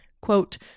quote